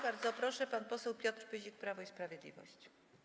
Bardzo proszę, pan poseł Piotr Pyzik, Prawo i Sprawiedliwość.